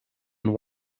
and